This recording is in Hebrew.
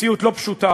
מציאות לא פשוטה,